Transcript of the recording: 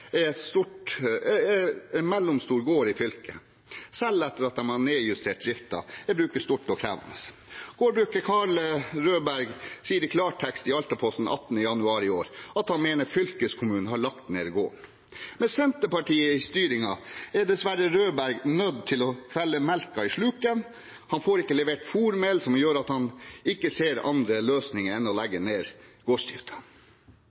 er en mellomstor gård i fylket. Selv etter at de har nedjustert driften, er bruket stort og krevende. Gårdbruker Karl Rødberg sier i klartekst i Altaposten 18. januar i år at han mener fylkeskommunen har lagt ned gården. Med Senterpartiet i styringen er Rødberg dessverre nødt til å helle melka i sluket, og han får ikke levert fôrmel, noe som gjør at han ikke ser andre løsninger enn å